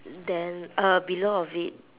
then uh below of it